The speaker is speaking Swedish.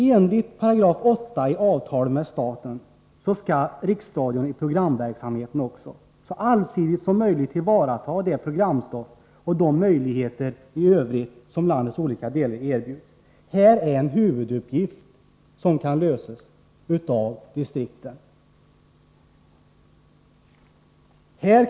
Enligt 8§ i avtalet med staten skall Riksradion i programverksamheten så allsidigt som möjligt tillvarata det programstoff och de möjligheter i övrigt som erbjuds i landets olika delar. Detta är en huvuduppgift som kan lösas av distriktskontoren.